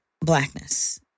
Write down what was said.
blackness